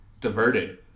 diverted